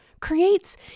creates